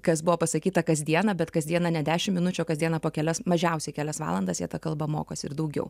kas buvo pasakyta kasdieną bet kasdieną ne dešimt minučių o kasdieną po kelias mažiausiai kelias valandas jie tą kalbą mokosi ir daugiau